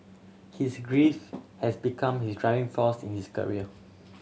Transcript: his griefs has become his driving force in his career